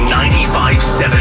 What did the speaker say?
95.7